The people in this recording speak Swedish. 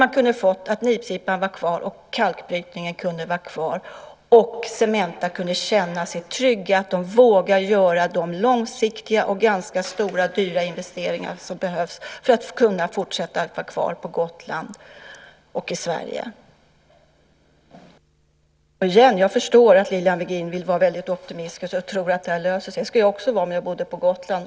Man kunde ha fått ha nipsippan kvar, kalkbrytningen kunde ha fått vara kvar och Cementa kunde tryggt ha vågat göra de långsiktiga och ganska stora och dyra investeringar som behövs för att de ska kunna fortsätta att vara kvar på Gotland och i Sverige. Igen vill jag säga att jag förstår att Lilian Virgin vill vara väldigt optimistisk och tro att det här löser sig. Det skulle jag också vara om jag bodde på Gotland.